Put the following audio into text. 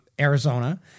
Arizona